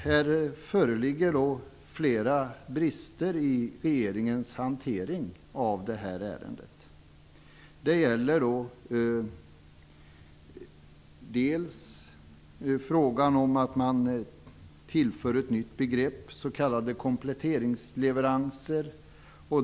Här föreligger alltså flera brister i regeringens hantering av ärendet. För det första inför man ett nytt begrepp, s.k. kompletteringsleveranser.